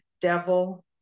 devil